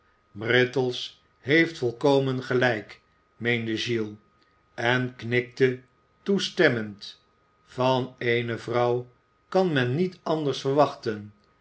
brittles heeft volkomen gelijk meende giles en knikte toestemmend van eene vrouw kan men niet anders verwachten